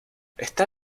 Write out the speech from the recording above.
está